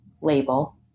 label